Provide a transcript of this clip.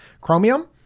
Chromium